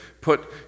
put